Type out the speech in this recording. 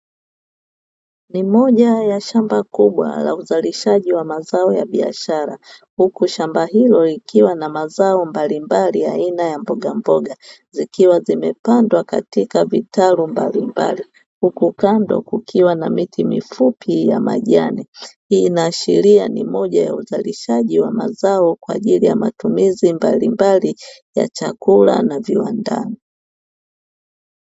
Ni moja ya shamba kubwa la uzalishaji wa mazao ya biashara, huku shamba hilo likiwa na mazao mbalimbali aina ya mbogamboga zikiwa zimepandwa katika vitalu mbalimbali. Huku kando kukiwa na miti mifupi ya majani. Hii inaashiria ni moja ya uzalishaji wa mazao kwa ajili ya matumizi mbalimbali ya chakula na viwandani.